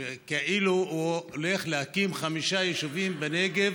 שכאילו הוא הולך להקים חמישה יישובים בנגב